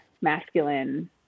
masculine